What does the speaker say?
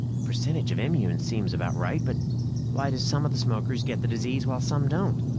the percentage of immunes seems about right. but why do some of the smokers get the disease while some don't?